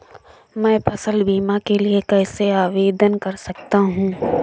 मैं फसल बीमा के लिए कैसे आवेदन कर सकता हूँ?